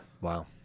Wow